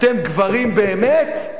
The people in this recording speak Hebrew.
אתם גברים באמת?